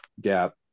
gap